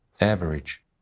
average